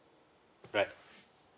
right